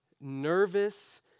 nervous